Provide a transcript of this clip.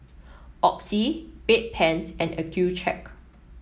Oxy Bedpans and Accucheck